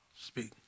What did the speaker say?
speak